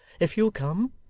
if you'll come